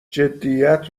جدیدت